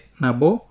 nabo